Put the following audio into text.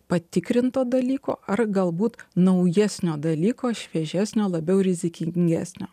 patikrinto dalyko ar galbūt naujesnio dalyko šviežesnio labiau rizikingesnio